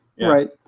Right